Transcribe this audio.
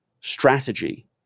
strategy